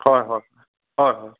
হয় হয় হয় হয়